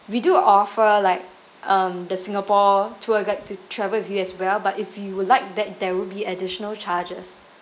we do offer like um the singapore tour guide to travel with you as well but if you would like that there will be additional charges